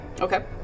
Okay